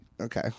Okay